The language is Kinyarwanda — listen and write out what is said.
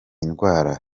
ndwara